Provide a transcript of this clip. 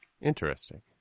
Interesting